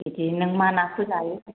बिदि नों मा नाखौ जायो